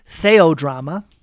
Theodrama